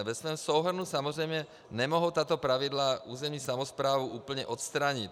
Ve svém souhrnu samozřejmě nemohou tato pravidla územní samosprávu úplně odstranit.